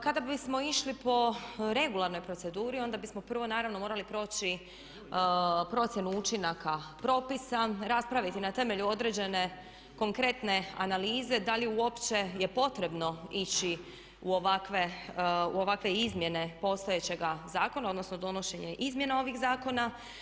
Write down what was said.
Kada bismo išli po regularnoj proceduri onda bismo prvo naravno morali proći procjenu učinaka propisa, raspraviti na temelju određene konkretne analize da li uopće je potrebno ići u ovakve izmjene postojećega zakona, odnosno donošenje izmjena ovih zakona.